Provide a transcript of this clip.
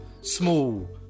small